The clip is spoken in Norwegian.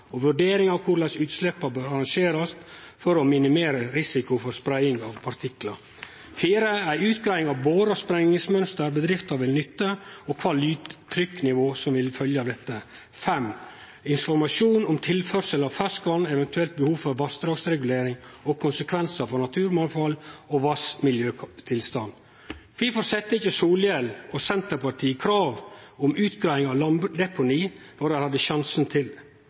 og vurderingar av korleis utsleppet bør arrangerast for å minimere risiko for spreiing av finpartiklar. Ei utgreiing av bore- og sprengingsmønsteret bedrifta vil nytte, kva lydtrykknivå som vil følgje av dette . Informasjon om tilførsel av ferskvatn, eventuelt behov for vassdragsregulering og konsekvensar for naturmangfald og vassmiljøtilstand. Kvifor sette ikkje Solhjell og Senterpartiet krav om utgreiing av landdeponi då dei hadde sjansen til